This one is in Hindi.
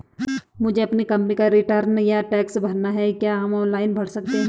मुझे अपनी कंपनी का रिटर्न या टैक्स भरना है क्या हम ऑनलाइन भर सकते हैं?